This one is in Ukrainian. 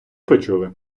почули